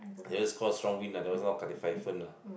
that is call strong wind ah that one is not call typhoon ah